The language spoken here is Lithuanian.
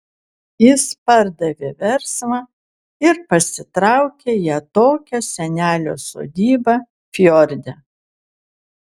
jis pardavė verslą ir pasitraukė į atokią senelio sodybą fjorde